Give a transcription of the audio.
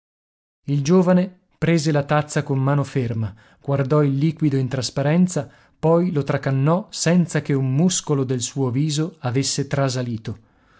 il giovane prese la tazza con mano ferma guardò il liquido in trasparenza poi lo tracannò senza che un muscolo del suo viso avesse trasalito